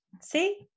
see